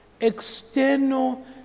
external